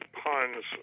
puns